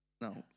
No